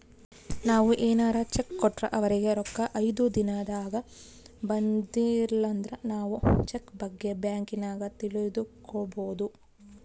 ನಾವು ಏನಾರ ಚೆಕ್ ಕೊಟ್ರೆ ಅವರಿಗೆ ರೊಕ್ಕ ಐದು ದಿನದಾಗ ಬಂದಿಲಂದ್ರ ನಾವು ಚೆಕ್ ಬಗ್ಗೆ ಬ್ಯಾಂಕಿನಾಗ ತಿಳಿದುಕೊಬೊದು